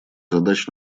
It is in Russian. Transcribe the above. задач